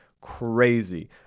crazy